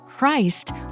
Christ